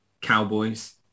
Cowboys